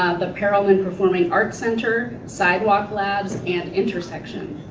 the perelman performing arts center, sidewalk labs and intersection.